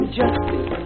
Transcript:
justice